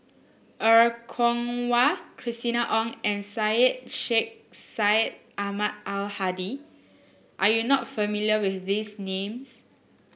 Er Kwong Wah Christina Ong and Syed Sheikh Syed Ahmad Al Hadi are you not familiar with these names